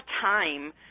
time